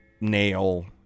nail